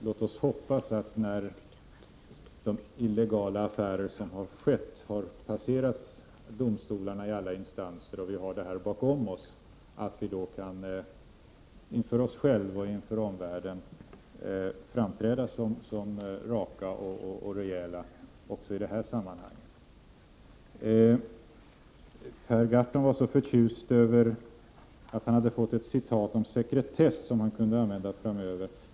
Låt oss hoppas att vi — när de illegala affärer som har skett har passerat domstolarna i alla instanser och vi har detta bakom oss — inför oss själva och omvärlden kan framträda som raka och rejäla också i det här sammanhanget. Per Gahrton var förtjust över att han hade fått ett citat om sekretess som han kunde använda framöver.